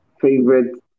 favorite